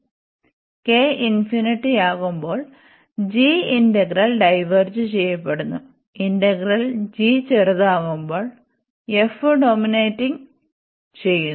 k ഇൻഫിനിറ്റിയാകുമ്പോൾ g integral diverge ചെയ്യപെടുന്നു integral g ചെറുതാകുമ്പോൾ f ഡോമിനേറ്റ് ചെയ്യുന്നു